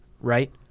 right